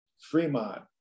Fremont